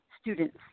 students